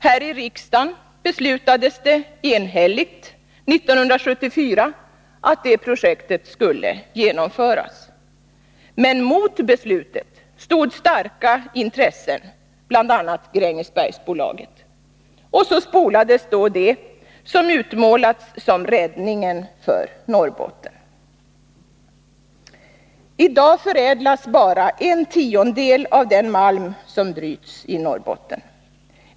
Här i riksdagen beslutades det enhälligt 1974 att projektet skulle genomföras. Men mot beslutet stod starka intressen, bl.a. Grängesbergsbolaget. Och så ”spolades” då det som utmålats som räddningen för Norrbotten. I dag förädlas bara en tiondel av den malm som bryts i Norrbotten.